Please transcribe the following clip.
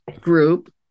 group